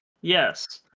Yes